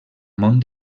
món